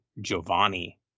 Giovanni